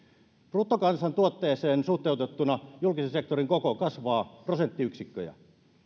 bruttokansantuotteeseen suhteutettuna julkisen sektorin koko kasvaa prosenttiyksikköjä